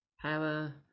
power